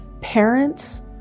parents